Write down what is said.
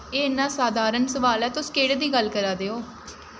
एह् इन्ना सधारण सुआल ऐ तुस केह्ड़ी दी गल्ल करा दे ओ